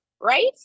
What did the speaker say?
right